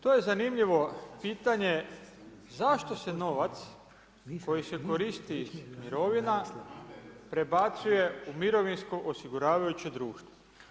To je zanimljivo pitanje, zašto se novac, koji se koristi od mirovina, prebacuje u mirovinsko osiguravajuće društvo.